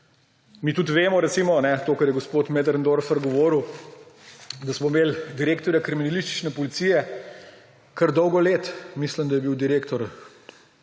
Mi tudi vemo recimo to, kar je gospod Möderndorfer govoril, da smo imeli direktorja kriminalistične policije kar dolgo let, mislim, da je bil direktor